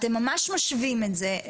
אתם ממש משווים את זה,